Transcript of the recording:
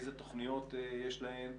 איזה תוכניות יש להן,